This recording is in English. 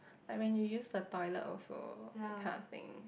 like when you use the toilet also that kind of thing